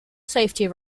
safety